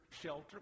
shelter